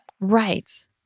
Right